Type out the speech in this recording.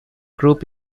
group